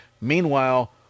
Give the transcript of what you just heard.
Meanwhile